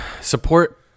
Support